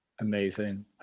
amazing